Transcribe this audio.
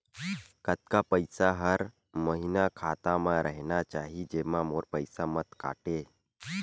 कतका पईसा हर महीना खाता मा रहिना चाही जेमा मोर पईसा मत काटे?